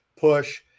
push